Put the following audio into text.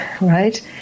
right